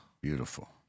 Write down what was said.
Beautiful